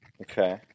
Okay